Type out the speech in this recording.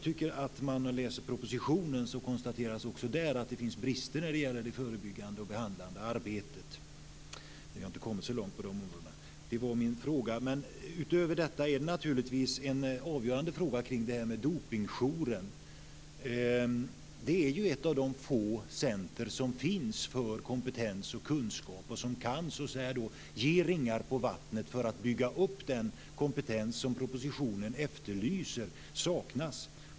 Om man läser propositionen kan man se att det också där konstateras att det finns brister när det gäller det förebyggande och behandlande arbetet. Vi har inte kommit så långt på de områdena. Det var min fråga. Utöver detta är det som rör Dopingjouren naturligtvis en avgörande fråga. Dopingjouren är ett av de få centrum som finns för kompetens och kunskap, som kan ge ringar på vattnet för att bygga upp den kompetens som propositionen efterlyser.